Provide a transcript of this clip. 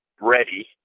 ready